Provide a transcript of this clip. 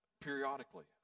periodically